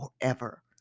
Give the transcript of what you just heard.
forever